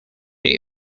new